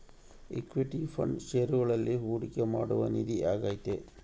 equity fund ಷೇರುಗಳಲ್ಲಿ ಹೂಡಿಕೆ ಮಾಡುವ ನಿಧಿ ಆಗೈತೆ